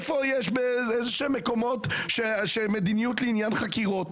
איזה מקומות יש בהם יש מדיניות לעניין חקירות